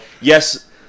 yes